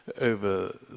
over